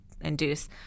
induce